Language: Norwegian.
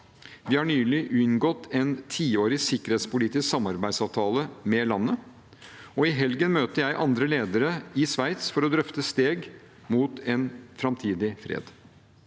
Vi har nylig inngått en tiårig sikkerhetspolitisk samarbeidsavtale med landet, og i helgen møter jeg andre ledere i Sveits for å drøfte steg mot en framtidig fred.